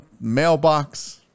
mailbox